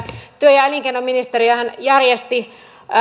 työ ja elinkeinoministeriöhän järjesti